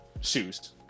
shoes